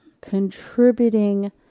contributing